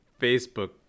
Facebook